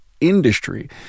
industry